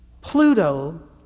Pluto